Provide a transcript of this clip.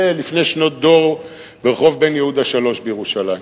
לפני שנות דור ברחוב בן-יהודה 3 בירושלים.